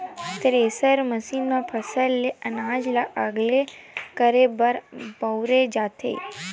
thresher machine म फसल ले अनाज ल अलगे करे बर बउरे जाथे